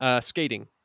skating